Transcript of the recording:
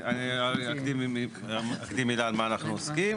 אני אקדים מילה על מה אנחנו עוסקים.